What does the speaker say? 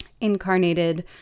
incarnated